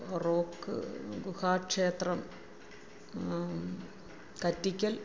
rock ഗുഹാ ക്ഷേത്രം കറ്റിക്കൽ